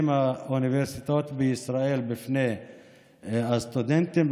האוניברסיטאות בישראל בפני הסטודנטים,